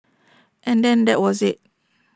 and then that was IT